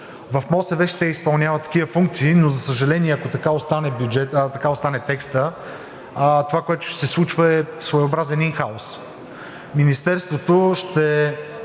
и водите ще изпълнява такива функции. Но за съжаление, ако така остане текстът, това, което ще се случва, е своеобразен ин хаус. Министерството ще